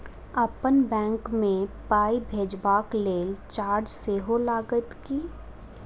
अप्पन बैंक मे पाई भेजबाक लेल चार्ज सेहो लागत की?